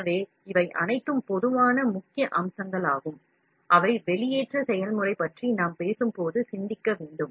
எனவே இவை அனைத்தும் பொதுவான முக்கிய அம்சங்களாகும் அவை வெளியேற்ற செயல்முறை பற்றி நாம் பேசும்போது சிந்திக்க வேண்டும்